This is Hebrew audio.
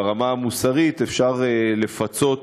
ברמה המוסרית, אפשר לפצות